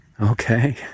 Okay